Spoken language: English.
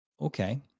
Okay